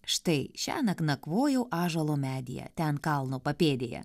štai šiąnakt nakvojau ąžuolo medyje ten kalno papėdėje